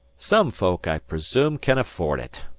some folk, i presoom, can afford it.